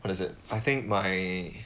what is it I think my